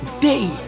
day